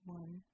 one